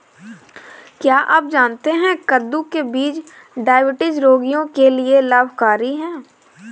क्या आप जानते है कद्दू के बीज डायबिटीज रोगियों के लिए लाभकारी है?